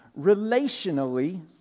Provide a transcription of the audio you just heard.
relationally